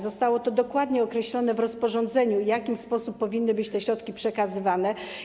Zostało to dokładnie określone w rozporządzeniu - to, w jaki sposób powinny być te środki przekazywane.